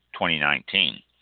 2019